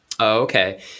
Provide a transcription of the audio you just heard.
okay